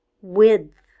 width